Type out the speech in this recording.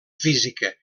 física